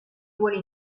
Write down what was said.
ruoli